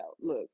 Look